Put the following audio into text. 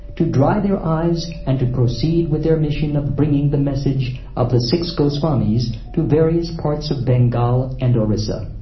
to dry their eyes and to proceed with their mission of bringing the message of the six goswamis to various parts of bengal and orissa.